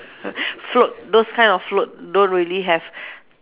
float those kind of float don't really have